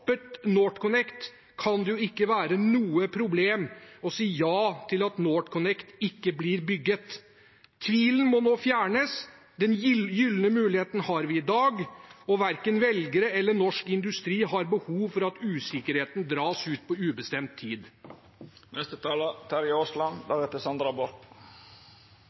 NorthConnect, kan det jo ikke være noe problem å si ja til at NorthConnect ikke blir bygget. Tvilen må nå fjernes. Den gylne muligheten har vi i dag, og verken velgere eller norsk industri har behov for at usikkerheten dras ut på ubestemt tid.